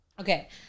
okay